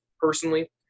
personally